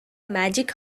magic